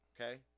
Okay